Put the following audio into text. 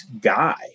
guy